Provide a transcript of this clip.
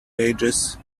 pages